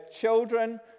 children